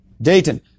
Dayton